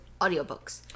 audiobooks